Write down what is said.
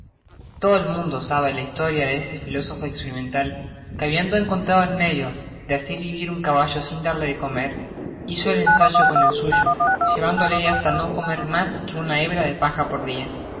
todo el mundo sabe la historia de ese filósofo experimental jue habiendo encontrado el medio de hacer vivir un caballo sin darle de comer hizo el ensayo con el suyo llevándole hasta no comer mas que una hebra de paja por dia